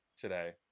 today